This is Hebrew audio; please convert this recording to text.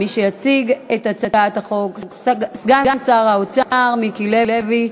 מי שיציג את הצעת החוק הוא סגן שר האוצר מיקי לוי,